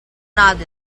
not